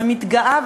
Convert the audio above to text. מתגאה,